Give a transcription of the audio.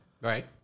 Right